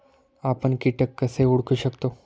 आपण कीटक कसे ओळखू शकतो?